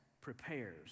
prepares